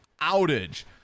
outage